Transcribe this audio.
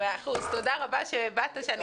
תודה רבה לחבר הכנסת יאיר גולן.